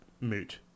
moot